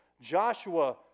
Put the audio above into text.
Joshua